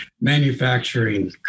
manufacturing